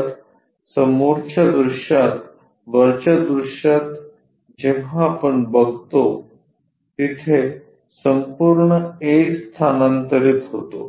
तर समोरच्या दृश्यात वरच्या दृश्यात जेव्हा आपण बघतो तिथे संपूर्ण a स्थानांतरित होतो